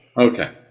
Okay